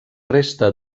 resta